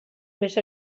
més